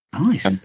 Nice